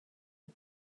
had